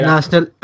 National